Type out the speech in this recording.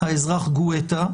האזרח גואטה,